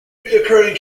recurring